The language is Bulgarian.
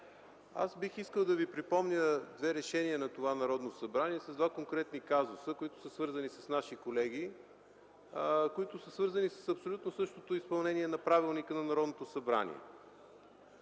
Аз бих искал да ви припомня две решения на това Народно събрание с два конкретни казуса, които са свързани с наши колеги, които са свързани с абсолютно същото изпълнение на Правилника за организацията и